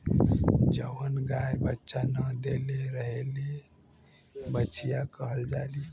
जवन गाय बच्चा न देले रहेली बछिया कहल जाली